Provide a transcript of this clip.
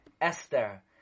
Esther